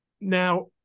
now